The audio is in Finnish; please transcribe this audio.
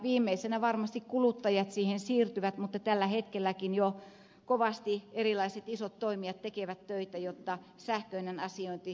viimeisenä varmasti kuluttajat siihen siirtyvät mutta tällä hetkelläkin jo kovasti erilaiset isot toimijat tekevät töitä jotta sähköinen asiointi lisääntyisi